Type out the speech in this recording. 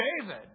David